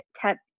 kept